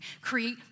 create